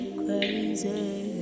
crazy